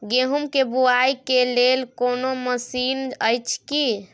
गेहूँ के बुआई के लेल कोनो मसीन अछि की?